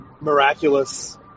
miraculous